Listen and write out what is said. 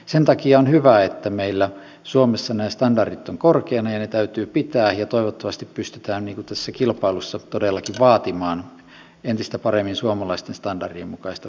sen takia on hyvä että meillä suomessa nämä standardit ovat korkeita ja ne täytyy korkeina pitää ja toivottavasti pystytään tässä kilpailussa todellakin vaatimaan entistä paremmin suomalaisten standardien mukaista ruokaa